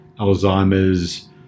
Alzheimer's